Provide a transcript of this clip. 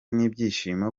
n’ibyishimo